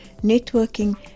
networking